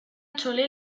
chole